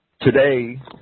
today